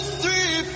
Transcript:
three